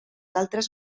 altres